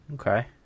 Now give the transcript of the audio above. Okay